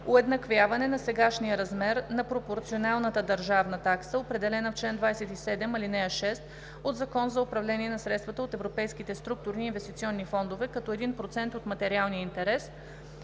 уеднаквяване на сегашния размер на пропорционалната държавна такса, определена в чл. 27, ал. 6 от Закона за управление на средствата от Европейските структурни и инвестиционни фондове като 1% от материалния интерес,